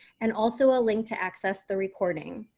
and also a link to access the recording.